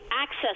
access